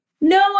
No